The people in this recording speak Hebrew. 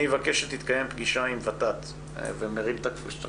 אני אבקש שתתקיים פגישה עם ות"ת ותרימו